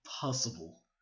possible